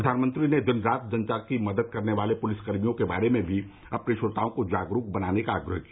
प्रधानमंत्री ने दिन रात जनता की मदद करने वाले प्रलिसकर्मियों के बारे में भी अपने श्रोताओं को जागरूक बनाने का आग्रह किया